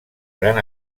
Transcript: gran